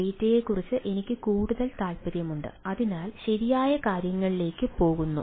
ഡാറ്റയെക്കുറിച്ച് എനിക്ക് കൂടുതൽ താൽപ്പര്യമുണ്ട് അത് ശരിയായ കാര്യങ്ങളിലേക്ക് പോകുന്നു